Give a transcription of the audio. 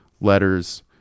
letters